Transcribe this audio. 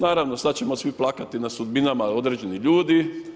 Naravno, sad ćemo svi plakati nad sudbinama određenih ljudi.